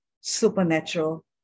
supernatural